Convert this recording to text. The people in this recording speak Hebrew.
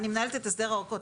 אני מנהלת את הסדר האורכות,